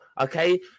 okay